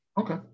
Okay